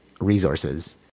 resources